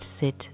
sit